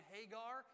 Hagar